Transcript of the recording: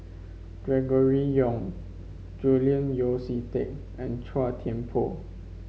Gregory Yong Julian Yeo See Teck and Chua Thian Poh